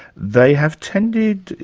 they have tended,